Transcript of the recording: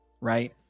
right